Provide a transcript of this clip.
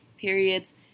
periods